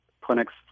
clinics